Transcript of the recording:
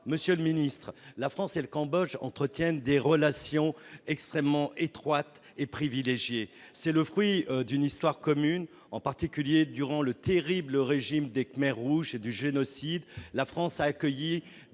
Monsieur le secrétaire d'État, la France et le Cambodge entretiennent des relations extrêmement étroites et privilégiées ; c'est le fruit d'une histoire commune. En particulier, durant le terrible régime des Khmers rouges et le génocide, la France a accueilli des